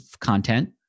content